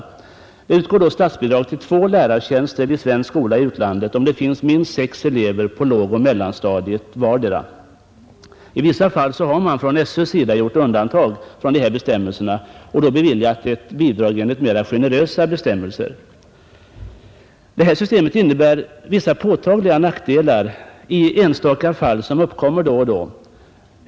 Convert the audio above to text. Enligt denna utgår statsbidrag till två lärartjänster vid svensk skola i utlandet, om det finns minst sex elever på vartdera lågoch mellanstadiet. I vissa fall har man från skolöverstyrelsens sida gjort undantag från dessa bestämmelser och då beviljat ett bidrag enligt mera generösa bestämmelser. Detta system innebär vissa påtagliga nackdelar i enstaka fall som uppkommer då och då.